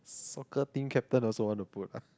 soccer team captain also wanna put ah